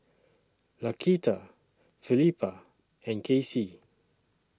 Laquita Felipa and Kaycee